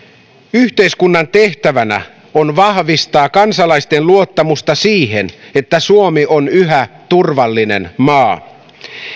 yhteiskunnan tehtävänä on vahvistaa kansalaisten luottamusta siihen että suomi on yhä turvallinen maa